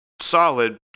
solid